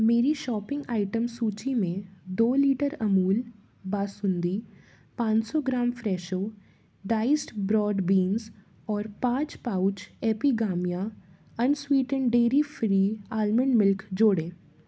मेरी shopping item सूचि में दो लीटर अमूल बासुंदी पाँच सौ gram Fresho diced broad beans और पाँच pouch Epigamia unsweetened dairy free almond milk जोड़ें